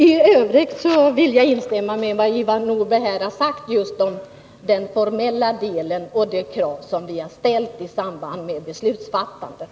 I övrigt vill jag instämma i vad Ivar Nordberg har sagt om den formella delen och de krav som vi har ställt i samband med beslutsfattandet.